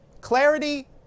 Clarity